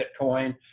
bitcoin